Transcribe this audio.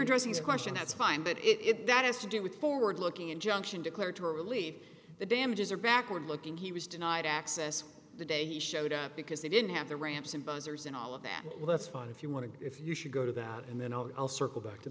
addressing the question that's fine but if that has to do with forward looking injunction declared to relieve the damages or backward looking he was denied access the day he showed up because they didn't have the ramps imposers and all of that well that's fine if you want to if you should go to that and then i'll circle back to th